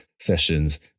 sessions